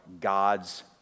God's